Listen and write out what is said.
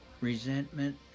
resentment